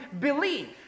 believe